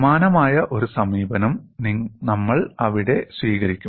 സമാനമായ ഒരു സമീപനം നമ്മൾ ഇവിടെ സ്വീകരിക്കും